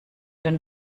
den